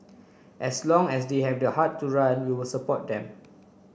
as long as they have the heart to run we will support them